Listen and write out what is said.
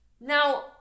now